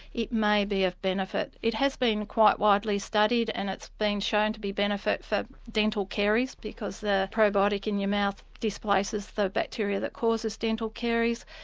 it may be of benefit. it has been quite widely studied and it's been shown to be beneficial for dental caries because the probiotic in your mouth displaces the bacteria that causes dental caries.